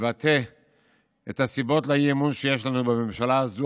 לבטא את הסיבות לאי-אמון שיש לנו בממשלה הזו,